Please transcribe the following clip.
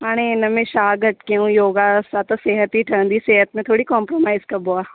हाणे हिनमें छा घटि कयूं योगा सां त सिहत ई ठहंदी सिहत में थोरी कोम्प्रोमाइज़ कबो आहे